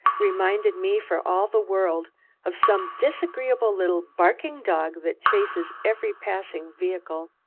reminded me for all the world of some disagreeable, little, barking dog that chases every passing vehicle.